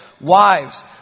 Wives